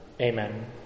Amen